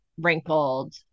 wrinkled